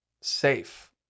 safe